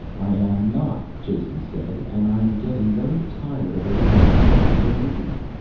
i am not, jason said. and i'm getting very tired of everyone telling me to leave.